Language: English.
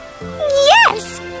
Yes